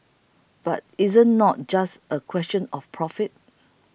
but isn't not just a question of profit